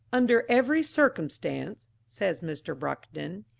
under every circumstance, says mr. brockedon,